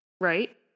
right